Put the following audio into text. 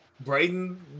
Braden